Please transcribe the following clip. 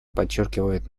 подчеркивает